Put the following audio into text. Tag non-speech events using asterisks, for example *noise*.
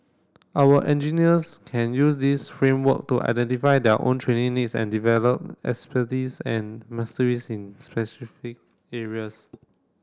our engineers can use this framework to identify their own training needs and develop *unintelligible* and mastery in specific areas